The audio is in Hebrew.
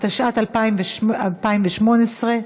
התשע"ט 2018,